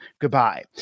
Goodbye